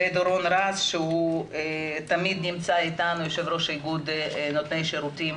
ודורון רז יו"ר איגוד נותני שירותים